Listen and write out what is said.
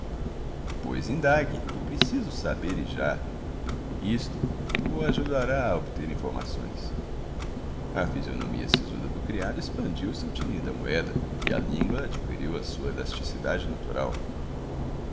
pois indague que preciso saber e já isto o ajudará a obter informações a fisionomia sisuda do criado expandiu se ao tinir da moeda e a língua adquiriu a sua elasticidade natural